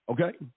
okay